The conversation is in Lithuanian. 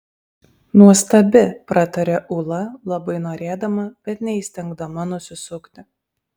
nuostabi prataria ūla labai norėdama bet neįstengdama nusisukti